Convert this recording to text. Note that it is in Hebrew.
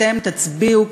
אתם תצביעו,